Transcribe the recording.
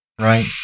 right